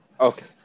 Okay